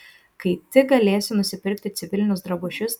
kai tik galėsi nusipirk civilinius drabužius